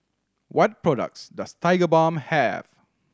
what products does Tigerbalm have